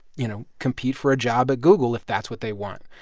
you know, compete for a job at google if that's what they want.